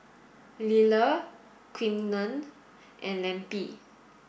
Liller Quinten and Lempi